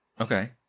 Okay